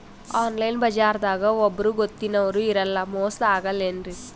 Online ಬಜಾರದಾಗ ಒಬ್ಬರೂ ಗೊತ್ತಿನವ್ರು ಇರಲ್ಲ, ಮೋಸ ಅಗಲ್ಲೆನ್ರಿ?